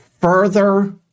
further